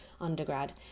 undergrad